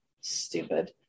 Stupid